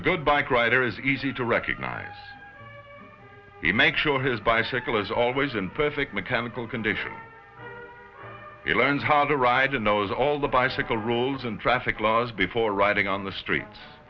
a good bike rider is easy to recognize him make sure his bicycle is always in perfect mechanical condition he learns how to ride and knows all the bicycle rules and traffic laws before riding on the streets